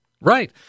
Right